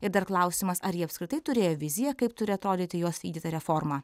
ir dar klausimas ar ji apskritai turėjo viziją kaip turi atrodyti jos vykdyta reforma